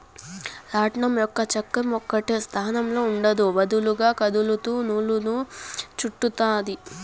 రాట్నం యొక్క చక్రం ఒకటే స్థానంలో ఉండదు, వదులుగా కదులుతూ నూలును చుట్టుతాది